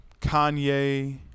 Kanye